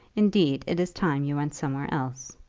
indeed, it is time you went somewhere else.